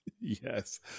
Yes